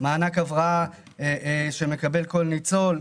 מענק הבראה שמקבל כל ניצול,